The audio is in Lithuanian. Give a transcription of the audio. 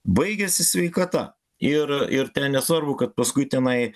baigėsi sveikata ir ir nesvarbu kad paskui tenai